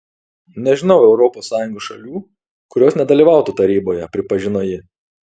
nežinau europos sąjungos šalių kurios nedalyvautų taryboje pripažino ji